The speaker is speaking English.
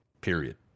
period